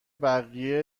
بقیه